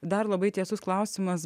dar labai tiesus klausimas